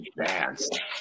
advanced